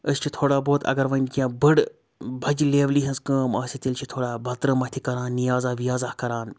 أسۍ چھِ تھوڑا بہت اگر وۄنۍ کینٛہہ بٔڑ بجہِ لیولہِ ہٕنٛز کٲم آسہِ تیٚلہِ چھِ تھوڑا بتہٕ ترٲما تہِ کَران نِیازا ویازا کَران